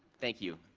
thank you.